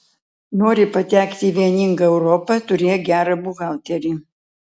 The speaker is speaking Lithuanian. nori patekti į vieningą europą turėk gerą buhalterį